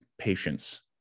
patience